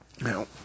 Now